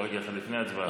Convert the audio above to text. לפני ההצבעה.